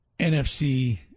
NFC